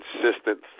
consistent